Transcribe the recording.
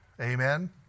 Amen